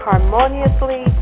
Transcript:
harmoniously